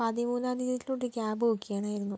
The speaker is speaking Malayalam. പതിമൂന്നാം തിയതിലൊട്ടു ഒരു ക്യാബ് ബുക്ക് ചെയ്യണമായിരുന്നു